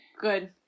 good